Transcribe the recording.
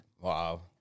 Wow